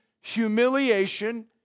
humiliation